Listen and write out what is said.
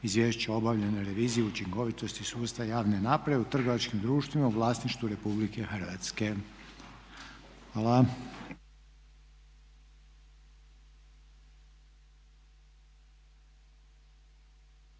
Izvješće o obavljenoj reviziji učinkovitosti sustava javne nabave u trgovačkim društvima u vlasništvu Republike Hrvatske. Hvala.